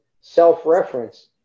self-reference